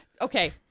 okay